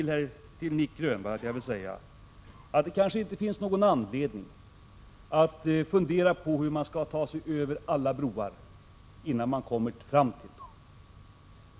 11 december 1986 Jag vill säga till Nic Grönvall att det kanske inte finns någon anledning att fundera på hur man skall ta sig över alla broar innan man kommer fram till dem.